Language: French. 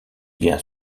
bien